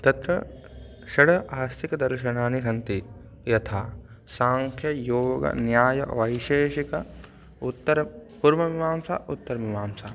तत्र षड् आस्तिकदर्शनानि सन्ति यथा साङ्ख्ययोगन्यायवैशेषिक उत्तरपूर्वमीमांसा उत्तरमीमांसा